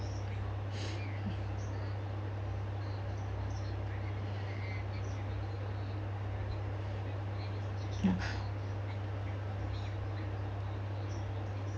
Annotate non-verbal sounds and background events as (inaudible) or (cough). uh (breath)